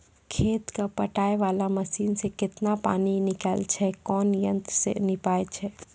खेत कऽ पटाय वाला मसीन से केतना पानी निकलैय छै कोन यंत्र से नपाय छै